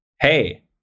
hey